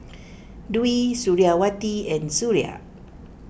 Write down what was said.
Dwi Suriawati and Suria